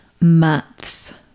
months